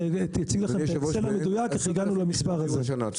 את האקסל המדויק איך הגענו למספר הזה.